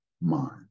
mind